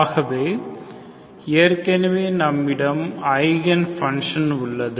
ஆகவே ஏற்கனவே நம்மிடம் ஐகன் ஃபங்ஷன் உள்ளது